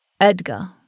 Edgar